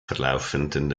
verlaufenden